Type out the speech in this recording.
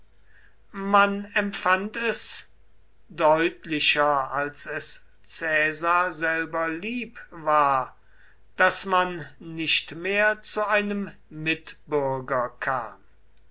man empfand es deutlicher als es caesar selber lieb war daß man nicht mehr zu einem mitbürger kam